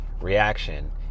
reaction